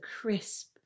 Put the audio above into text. crisp